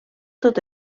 tot